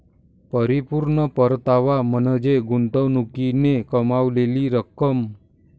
परिपूर्ण परतावा म्हणजे गुंतवणुकीने कमावलेली रक्कम